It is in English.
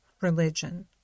religion